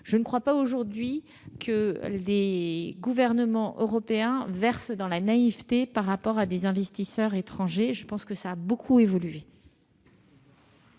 je ne crois pas que les gouvernements européens versent dans la naïveté par rapport aux investisseurs étrangers. La situation a beaucoup évolué.